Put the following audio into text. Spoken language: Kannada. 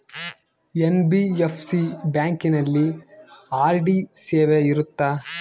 ಎನ್.ಬಿ.ಎಫ್.ಸಿ ಬ್ಯಾಂಕಿನಲ್ಲಿ ಆರ್.ಡಿ ಸೇವೆ ಇರುತ್ತಾ?